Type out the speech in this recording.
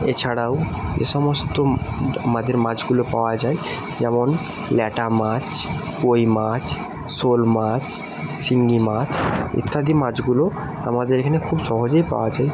এছাড়াও এসমস্ত আমাদের মাছগুলো পাওয়া যায় যেমন ল্যাটা মাছ কই মাছ শোল মাছ শিঙ্গি মাছ ইত্যাদি মাছগুলো আমাদের এখানে খুব সহজেই পাওয়া যায়